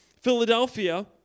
Philadelphia